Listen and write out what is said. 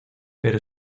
pero